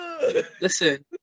listen